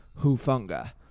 Hufunga